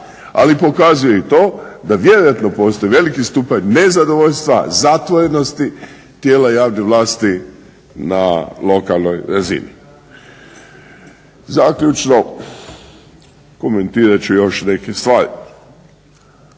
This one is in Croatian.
ali pokazuje i to da vjerojatno postoji veliki stupanja nezadovoljstva, zatvorenosti tijela javne vlasti na lokalnoj razini. Zaključno, komentirat ću još neke stvari.